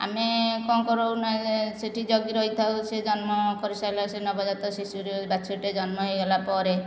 ଆମେ କ'ଣ କରୁ ନା ସେଠି ଜଗି ରହିଥାଉ ସେ ଜନ୍ମ କରିସାରିଲା ସେ ନବଜାତ ଶିଶୁ ବାଛୁରିଟେ ଜନ୍ମ ହୋଇଗଲା ପରେ